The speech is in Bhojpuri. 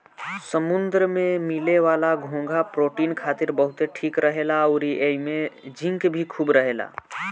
समुंद्र में मिले वाला घोंघा प्रोटीन खातिर बहुते ठीक रहेला अउरी एइमे जिंक भी खूब रहेला